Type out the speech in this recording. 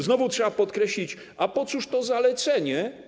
Znowu trzeba podkreślić: A po cóż to zalecenie?